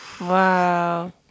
Wow